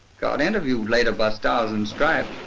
got interviewed later by stars and stripes,